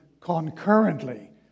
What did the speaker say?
concurrently